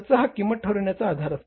खर्च हा किंमत ठरविण्याचा आधार असतो